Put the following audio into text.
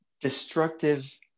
destructive